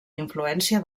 influència